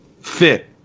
fit